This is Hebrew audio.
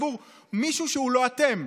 עבור מישהו שהוא לא אתם.